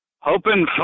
hoping